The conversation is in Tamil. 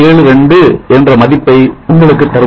72 என்ற மதிப்பை உங்களுக்கு தரும்